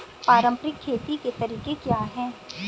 पारंपरिक खेती के तरीके क्या हैं?